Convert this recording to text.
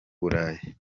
burayi